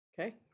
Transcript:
Okay